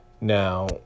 Now